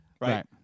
right